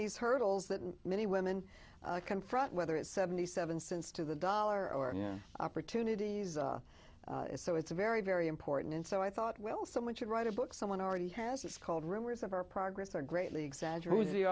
these hurdles that many women confront whether it's seventy seven cents to the dollar or opportunities so it's very very important and so i thought well someone should write a book someone already has it's called rumors of our progress or greatly exaggerated the